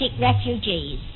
refugees